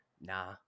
Nah